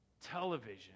television